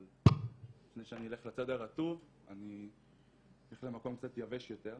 אבל לפני שאני אלך לצד הרטוב אני אלך למקום קצת יבש יותר.